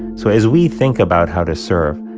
so as we think about how to serve,